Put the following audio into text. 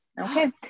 Okay